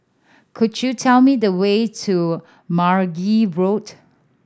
could you tell me the way to Mergui Road